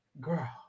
Girl